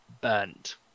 burnt